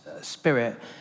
spirit